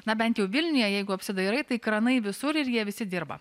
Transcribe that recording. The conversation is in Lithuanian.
na bent jau vilniuje jeigu apsidairai tai kranai visur ir jie visi dirba